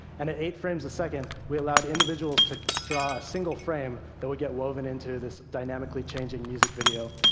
and at eight frames a second, we allowed individuals to draw a single frame that would get woven into this dynamically changing music video.